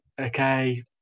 okay